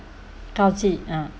gao ji ah